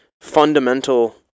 fundamental